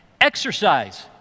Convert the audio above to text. Exercise